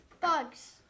Bugs